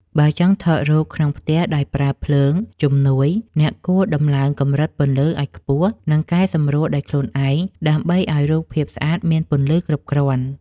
បើចង់ថតរូបក្នុងផ្ទះដោយប្រើភ្លើងជំនួយអ្នកគួរដំឡើងកម្រិតពន្លឺឱ្យខ្ពស់ និង កែសម្រួលដោយខ្លួនឯងដើម្បីឱ្យរូបភាពស្អាតមានពន្លឺគ្រប់គ្រាន់។